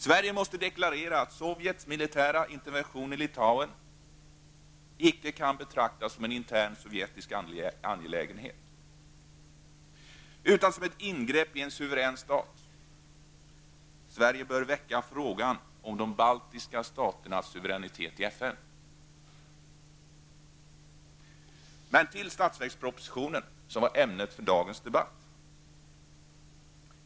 Sverige måste deklarera att Sovjets militära intervention i Litauen icke kan betraktas som en intern sovjetisk angelägenhet, utan som ingrepp i en suverän stat. Sverige bör väcka frågan om de baltiska staternas suveränitet i Men det är statsverkspropositionen som är ämnet för dagens debatt.